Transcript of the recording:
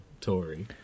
Tory